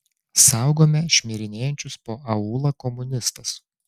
saugome šmirinėjančius po aūlą komunistus